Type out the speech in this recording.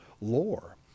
lore